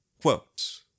Quote